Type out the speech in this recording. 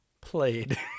Played